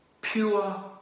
pure